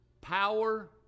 power